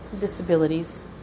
disabilities